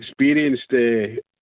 experienced